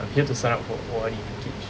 I'm here to sign up for O_R_D package